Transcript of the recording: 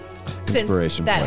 Inspiration